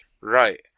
Right